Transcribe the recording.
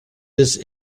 his